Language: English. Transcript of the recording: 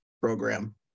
program